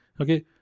okay